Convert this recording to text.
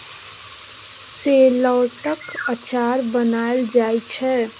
शेलौटक अचार बनाएल जाइ छै